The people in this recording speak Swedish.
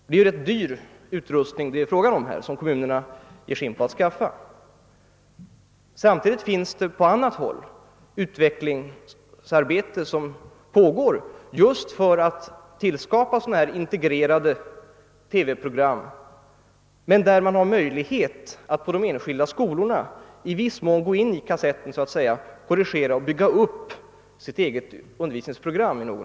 Det är rätt dyr utrustning som kommunerna här ger sig in på att skaffa. Samtidigt pågår på annat håll utvecklingsarbete just för att skapa dylika integrerade TV-system, där det emellertid finns möjlighet för de enskilda skolorna att i viss mån så att säga gå in i kassetten, korrigera och bygga upp sitt eget undervisningsprogram.